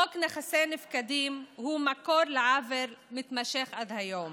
חוק נכסי נפקדים הוא מקור לעוול מתמשך עד היום,